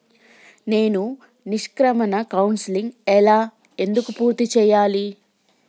నేను నిష్క్రమణ కౌన్సెలింగ్ ఎలా ఎందుకు పూర్తి చేయాలి?